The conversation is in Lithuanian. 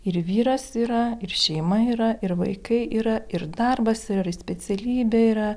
ir vyras yra ir šeima yra ir vaikai yra ir darbas ir specialybė yra